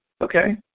Okay